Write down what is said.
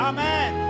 Amen